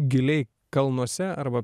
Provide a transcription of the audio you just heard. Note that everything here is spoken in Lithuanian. giliai kalnuose arba